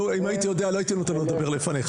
אם הייתי יודע לא הייתי נותן לו לדבר לפניך.